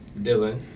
Dylan